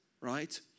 right